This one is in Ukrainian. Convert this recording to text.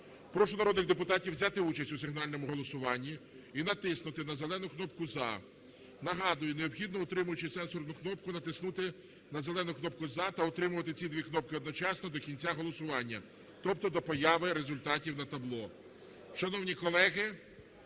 Прошу народних депутатів взяти участь у сигнальному голосуванні і натиснути на зелену кнопку "За". Нагадую. Необхідно, утримуючи сенсорну кнопку, натиснути на зелену кнопку "За" та утримувати ці дві кнопки одночасно до кінця голосування, тобто до появи результатів на табло.